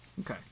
okay